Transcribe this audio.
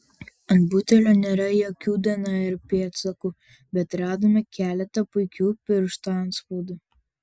ant butelio nėra jokių dnr pėdsakų bet radome keletą puikių pirštų atspaudų